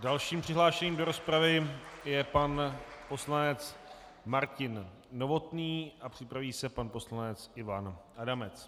Dalším přihlášeným do rozpravy je pan poslanec Martin Novotný a připraví se pan poslanec Ivan Adamec.